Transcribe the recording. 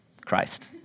Christ